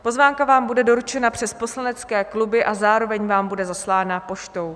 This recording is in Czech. Pozvánka vám bude doručena přes poslanecké kluby a zároveň vám bude zaslána poštou.